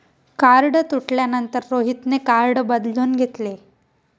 card तुटल्यानंतर रोहितने card बदलून घेतले